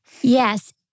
Yes